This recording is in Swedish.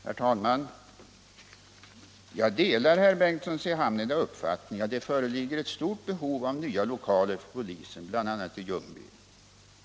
Herr talman! Jag delar herr Bengtssons i Hamneda uppfattning att det föreligger ett stort behov av nya lokaler för polisen, bl.a. i Ljungby.